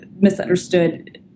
misunderstood